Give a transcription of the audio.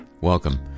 welcome